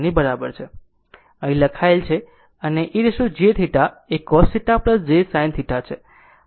અને તે અહીં લખાયેલ છે અને e jθ એ cos θ j sin θ છે પછી એક ખૂણો θ છે